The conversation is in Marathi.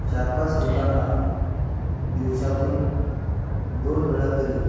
चार पाच लोकांना दिवसातून दोन वेळा तरी